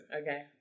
Okay